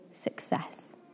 success